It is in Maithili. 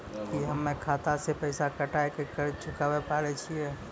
की हम्मय खाता से पैसा कटाई के कर्ज चुकाबै पारे छियै?